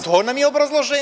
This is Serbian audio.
To nam je obrazloženje.